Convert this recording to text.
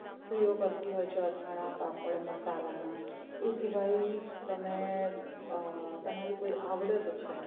સ્ત્રીઓ કરતી હોય છે અથાણાં પાપડ મસાલાના એ સિવાય તમે તમારી કોઈ આવડત છે